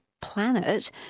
planet